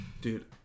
Dude